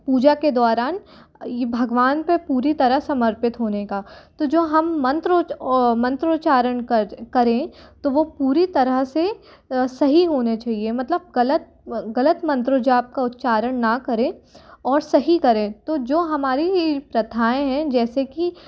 पूजा के दौरान ये भगवान पर पूरी तरह समर्पित होने का तो जो हम मंत्र उच ओ मंत्र उच्चारण कर करें तो वो पूरी तरह से सही होना चाहिए मतलब ग़लत ग़लत मंत्र जाप का उच्चारण ना करें और सही करें तो जो हमारी प्रथाएं हैं जैसे कि